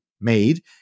made